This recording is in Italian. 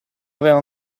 aveva